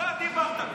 אתה דיברת.